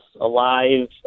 alive